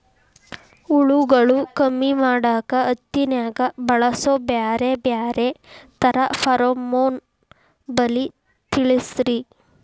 ಹುಳುಗಳು ಕಮ್ಮಿ ಮಾಡಾಕ ಹತ್ತಿನ್ಯಾಗ ಬಳಸು ಬ್ಯಾರೆ ಬ್ಯಾರೆ ತರಾ ಫೆರೋಮೋನ್ ಬಲಿ ತಿಳಸ್ರಿ